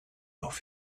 off